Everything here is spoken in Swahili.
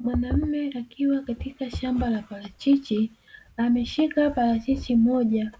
Mwanamme akiwa katika shamba la parachichi ameshika parachichi moja,